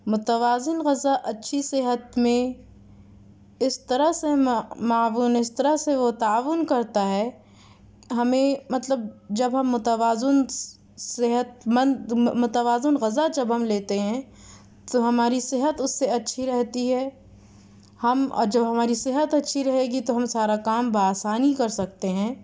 متوازن غذا اچھی صحت میں اس طرح سے معاون اس طرح سے وہ تعاون کرتا ہے ہمیں مطلب جب ہم متوازن صحت مند متوازن غذا جب ہم لیتے ہیں تو ہماری صحت اس سے اچھی رہتی ہے ہم اور جب ہماری صحت اچھی رہے گی تو ہم سارا کام بآسانی کر سکتے ہیں